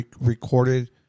recorded